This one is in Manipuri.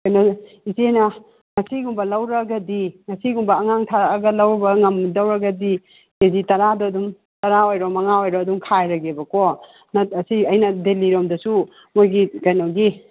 ꯀꯩꯅꯣ ꯏꯆꯦꯅ ꯉꯁꯤꯒꯨꯝꯕ ꯂꯧꯔꯒꯗꯤ ꯉꯁꯤꯒꯨꯝꯕ ꯑꯉꯥꯡ ꯊꯔꯛꯑꯒ ꯂꯧꯔꯕ ꯉꯝꯗꯧꯔꯒꯗꯤ ꯀꯦꯖꯤ ꯇꯔꯥꯗꯣ ꯑꯗꯨꯝ ꯇꯔꯥ ꯑꯣꯏꯔꯣ ꯃꯉꯥ ꯑꯣꯏꯔꯣ ꯑꯗꯨꯝ ꯈꯥꯏꯔꯒꯦꯕꯀꯣ ꯑꯁꯤ ꯑꯩꯅ ꯗꯦꯜꯂꯤꯔꯣꯝꯗꯁꯨ ꯃꯣꯏꯒꯤ ꯀꯩꯅꯣꯒꯤ